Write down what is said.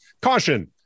caution